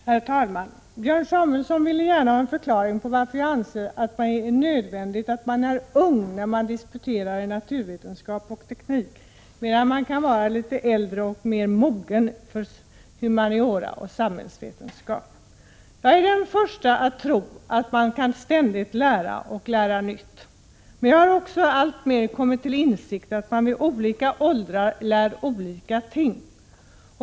Herr talman! Björn Samuelson ville gärna ha en förklaring till varför jag anser att det är nödvändigt att man är ung när man disputerar i naturvetenskap och teknik, medan man kan vara litet äldre och mer mogen inom humaniora och samhällsvetenskap. Jag är den första att tro att man ständigt kan lära och lära nytt. Men jag har också allmer kommit till insikt om att man vid olika åldrar lär olika ting.